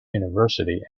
university